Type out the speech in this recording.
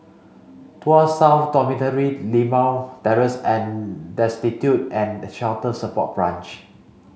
Tuas South Dormitory Limau Terrace and Destitute and Shelter Support Branch